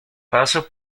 paso